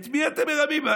את מי אתם מרמים?